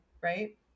right